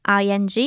ing